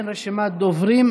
אין רשימת דוברים.